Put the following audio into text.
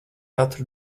katru